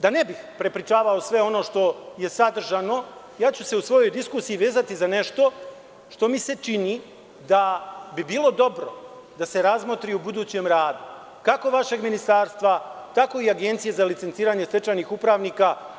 Da ne bih prepričavao sve ono što je sadržano, ja ću se u svojoj diskusiji vezati za nešto što mi se čini da bi bilo dobro da se razmotri o budućem radu kako vašeg ministarstva, tako i Agencije za licenciranje stečajnih upravnika.